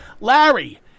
Larry